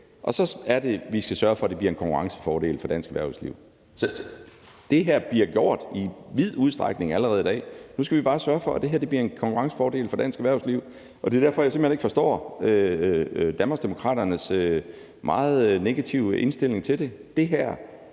Så er det, vi skal sørge for, at det bliver en konkurrencefordel for dansk erhvervsliv. Det her bliver gjort i vid udstrækning allerede i dag. Nu skal vi bare sørge for, at det her bliver en konkurrencefordel for dansk erhvervsliv. Det er derfor, jeg simpelt hen ikke forstår Danmarksdemokraternes meget negative indstilling til det.